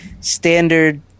standard